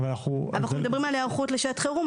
אבל אנחנו --- אבל אנחנו מדברים על היערכות לשעת חירום,